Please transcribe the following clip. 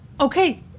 Okay